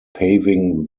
paving